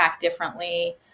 differently